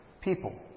People